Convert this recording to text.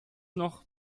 noch